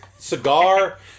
cigar